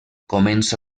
comença